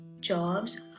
jobs